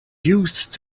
used